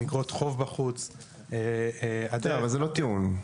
עם אגרות חוב בחוץ --- זה לא טיעון,